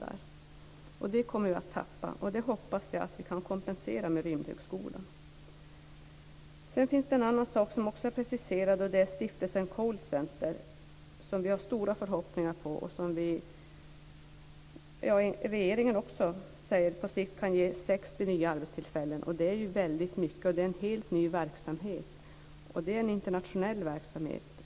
Den fördelen kommer vi att tappa, men vi hoppas att den kompenseras av Sedan finns det en annan sak som har preciserats, nämligen Stiftelsen Callcenter, som vi har stora förhoppningar på. Regeringen säger att detta på sikt kan ge 60 nya arbetstillfällen. Det är mycket. Det är en helt ny verksamhet.